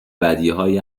بدیهایی